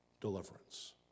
deliverance